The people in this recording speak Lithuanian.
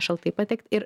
šaltai pateikt ir